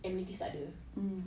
amenities tak ada